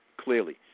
clearly